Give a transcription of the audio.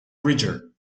bridger